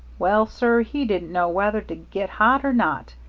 well, sir, he didn't know whether to get hot or not.